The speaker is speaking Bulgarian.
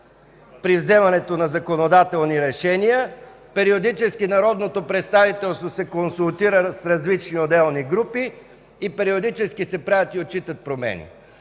при вземането на законодателни решения, периодически народното представителство се консултира с различни отделни групи и периодически се правят и отчитат промени.